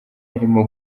harimo